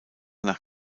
nach